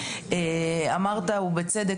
אמרת ובצדק,